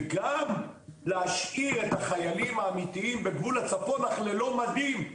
וגם להשאיר את החיילים האמיתיים בגבול הצפון אך ללא מדים,